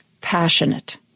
passionate